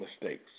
mistakes